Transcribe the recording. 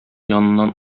яныннан